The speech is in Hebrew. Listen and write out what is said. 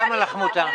למה לך מותר?